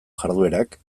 jarduerak